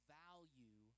value